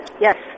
Yes